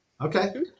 okay